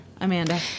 Amanda